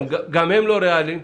גם הם לא ריאליים?